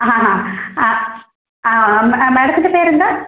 ആ ആ ആ ആ മാഡത്തിൻ്റെ പേര് എന്താ